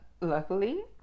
luckily